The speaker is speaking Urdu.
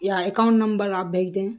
یا اکاؤنٹ نمبر آپ بھیج دیں